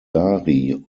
dari